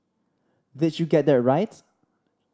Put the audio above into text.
did you get that right